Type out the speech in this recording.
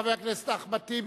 חבר הכנסת אחמד טיבי,